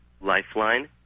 lifeline